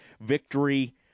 victory